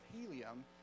helium